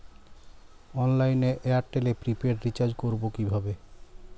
অনলাইনে এয়ারটেলে prepaid recharge করবো কিভাবে?